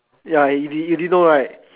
ya you didn't you didn't right